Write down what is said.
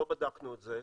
לא בדקנו את זה,